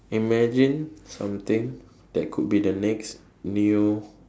imagine something that could be the next meal